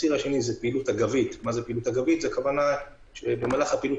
הציר השני הוא פעילות אגבית הכוונה היא שבמהלך הפעילות